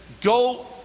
go